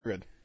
Good